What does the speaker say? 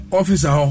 officer